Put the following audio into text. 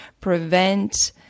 prevent